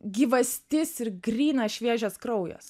gyvastis ir grynas šviežias kraujas